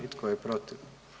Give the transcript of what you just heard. I tko je protiv?